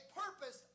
purpose